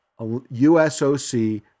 USOC